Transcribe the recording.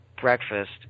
breakfast